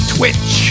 Twitch